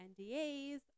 NDAs